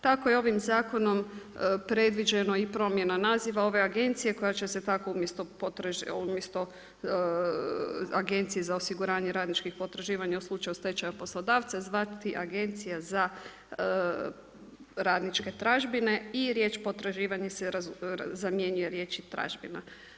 Tako je ovim zakonom predviđeno i promjena naziva ove agencije koja će se tako umjesto Agencije za osiguranje radničkih potraživanja u slučaju stečaja poslodavca zvati Agencija za radničke tražbine i riječ „potraživanje“ se zamjenjuje riječi „tražbina“